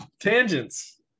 Tangents